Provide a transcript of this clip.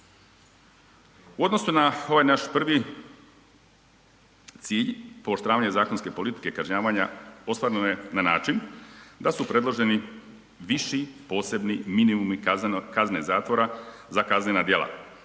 U odnosu na ovaj naš prvi cilj pooštravanje zakonske politike i kažnjavanja ostvareno je na način da su predloženi viši posebni minimumi kazne zatvora za kaznena djela